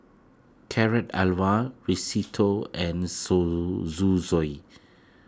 Carrot Halwa Risotto and Zosui